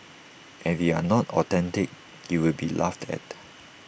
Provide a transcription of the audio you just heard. and if you are not authentic you will be laughed at